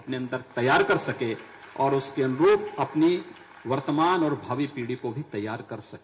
अपने अन्दर तैयार कर सके और उसके अनुरूप अपनी वर्तमान और भावी पीढ़ी को भी तैयार कर सके